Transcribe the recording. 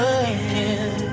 again